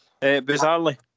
Bizarrely